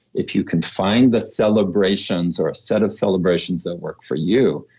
if you can find the celebrations or a set of celebrations that work for you,